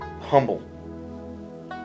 humble